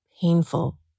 painful